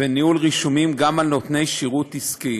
וניהול רישומים גם על נותני שירות עסקי.